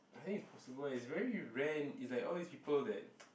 I think it's possible eh it's very rare is like all these people that